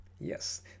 Yes